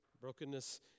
Brokenness